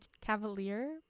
Cavalier